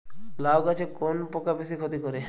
লাউ গাছে কোন পোকা বেশি ক্ষতি করে?